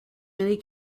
many